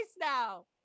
now